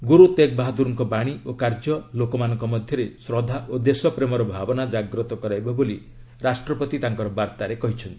ଗୁରୁ ତେଗ୍ ବାହାଦୁରଙ୍କ ବାଣୀ ଓ କାର୍ଯ୍ୟ ଲୋକମାନଙ୍କ ମଧ୍ୟରେ ଶ୍ରଦ୍ଧା ଓ ଦେଶପ୍ରେମର ଭାବନା ଜାଗ୍ରତ କରାଇବ ବୋଲି ରାଷ୍ଟ୍ରପତି କହିଚ୍ଚନ୍ତି